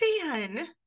Dan